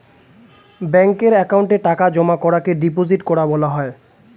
ব্যাঙ্কের অ্যাকাউন্টে টাকা জমা করাকে ডিপোজিট করা বলা হয়